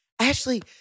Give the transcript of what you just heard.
Ashley